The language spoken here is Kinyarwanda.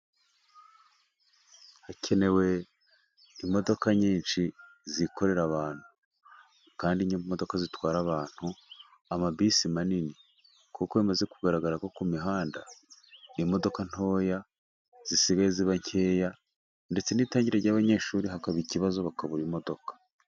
Hakenewe imodoka nyinshi zikorera abantu kandi n'imodoka zitwara abantu amabisi manini, kuko bimaze kugaragara nko ku mihanda, imodoka ntoya zisigaye ziba nkeya ndetse n'itangira ry'abanyeshuri, hakaba ikibazo bakabura imodoka.